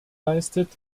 leistet